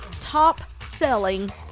top-selling